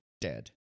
dead